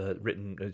written